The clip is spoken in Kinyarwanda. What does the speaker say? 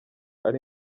ari